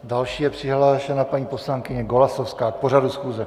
Další je přihlášena paní poslankyně Golasowská k pořadu schůze.